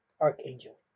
Archangel